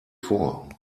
four